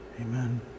Amen